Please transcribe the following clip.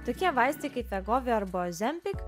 tokie vaistai kaip vegovy arba ozempik